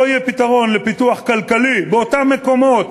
לא יהיה פתרון לפיתוח כלכלי באותם מקומות